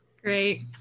Great